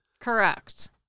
Correct